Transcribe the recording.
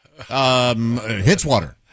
Hitswater